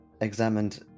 examined